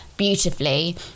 Beautifully